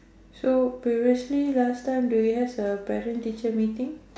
so previously last time do you have a parent teacher meeting